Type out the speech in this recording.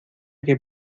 que